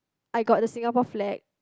I got the Singapore flag